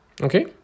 Okay